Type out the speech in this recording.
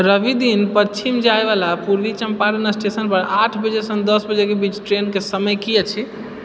रवि दिन पश्चिम जाय वाला पूर्वी चंपारण स्टेशन पर आठ बजेसंँ दश बजेके बीच ट्रेनके समय की अछि